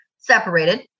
separated